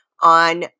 on